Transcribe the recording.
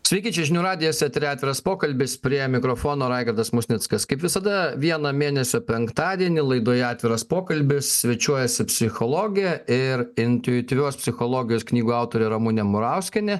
sveiki čia žinių radijas eteryje atviras pokalbis prie mikrofono raigardas musnickas kaip visada vieną mėnesio penktadienį laidoje atviras pokalbis svečiuojasi psichologė ir intuityvios psichologijos knygų autorė ramunė murauskienė